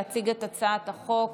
להציג את הצעת החוק.